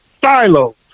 silos